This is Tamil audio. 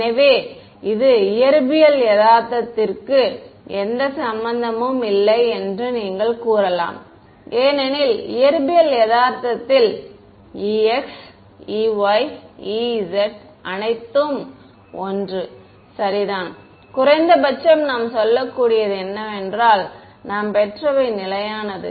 எனவே இது இது இயற்பியல் யதார்த்தத்திற்கு எந்த சம்பந்தமும் இல்லை என்று நீங்கள் கூறலாம் ஏனெனில் இயற்பியல் யதார்த்தத்தில் ex ey ez அனைத்தும் 1 சரிதான் குறைந்தபட்சம் நாம் சொல்லக்கூடியது என்னவென்றால் நாம் பெற்றவை நிலையானது